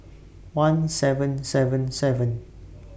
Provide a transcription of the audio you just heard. one seven seven seven